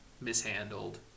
mishandled